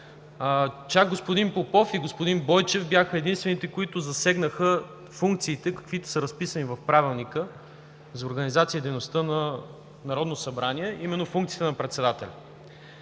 Чак господин Попов и господин Бойчев бяха единствените, които засегнаха функциите, каквито са разписани в Правилника за организацията и дейността на Народното събрание, именно функциите на председателя.